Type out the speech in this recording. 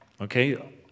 Okay